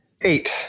Eight